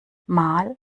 mal